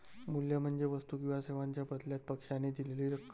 मूल्य म्हणजे वस्तू किंवा सेवांच्या बदल्यात पक्षाने दिलेली रक्कम